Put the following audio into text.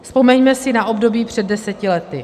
Vzpomeňme si na období před deseti lety.